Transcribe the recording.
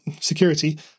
security